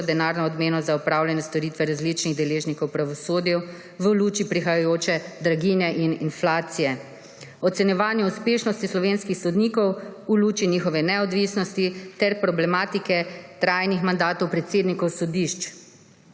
denarno odmeno za opravljanje storitve različnih deležnikov v pravosodju v luči prihajajoče draginje in inflacije, ocenjevanje uspešnosti slovenskih sodnikov v luči njihove neodvisnosti ter problematike trajnih mandatov predsednikov sodišč,